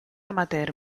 amateur